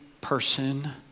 person